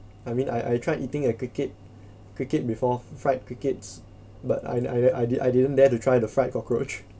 I mean I I tried eating a cricket cricket before fried crickets but I I I di~ I didn't dare to try the fried cockroach